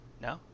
No